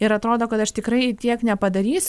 ir atrodo kad aš tikrai jų tiek nepadarysiu